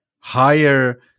higher